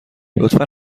لطفا